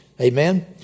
Amen